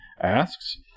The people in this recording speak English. asks